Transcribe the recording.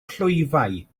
clwyfau